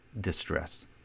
distress